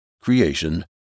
creation